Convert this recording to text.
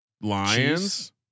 lions